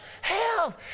Hell